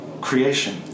creation